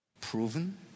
proven